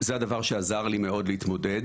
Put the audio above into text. זה הדבר שעזר לי מאוד להתמודד.